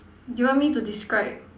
you want me to describe